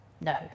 No